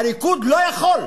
הליכוד לא יכול.